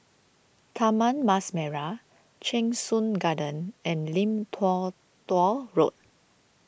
Taman Mas Merah Cheng Soon Garden and Lim Tua Tow Road